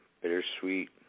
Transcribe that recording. bittersweet